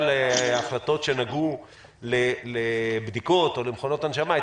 החלטות שנגעו לבדיקות או למכונות הנשמה,